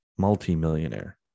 multi-millionaire